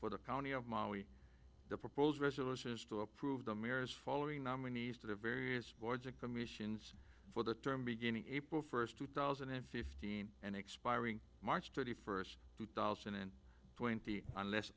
for the county of the proposed resolution is to approve the mayor's following nominees to the various boards and commissions for the term beginning april first two thousand and fifteen and expiring march thirty first two thousand and twenty unless